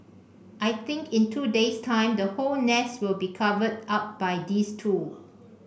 I think in two days time the whole nest will be covered up by these two